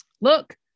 look